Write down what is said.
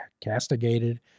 castigated